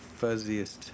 fuzziest